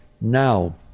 Now